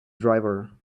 driver